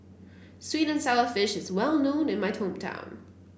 sweet and sour fish is well known in my